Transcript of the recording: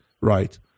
right